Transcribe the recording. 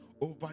over